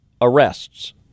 arrests